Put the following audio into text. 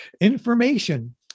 information